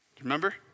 Remember